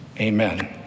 Amen